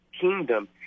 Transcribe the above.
kingdom